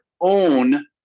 own